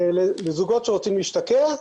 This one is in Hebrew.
לזוגות שרוצים להשתקע,